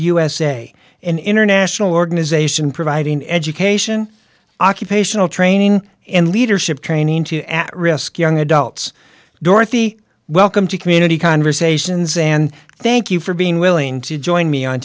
usa an international organization providing education occupational training and leadership training to at risk young adults dorothy welcome to community conversations and thank you for being willing to join me on